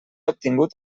obtingut